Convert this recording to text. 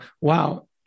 wow